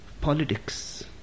Politics